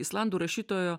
islandų rašytojo